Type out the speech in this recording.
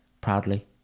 proudly